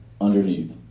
underneath